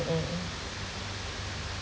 mmhmm